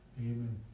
amen